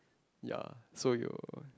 ya so you